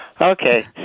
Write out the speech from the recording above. Okay